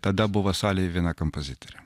tada buvo salėj viena kampazitorė